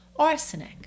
arsenic